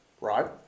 right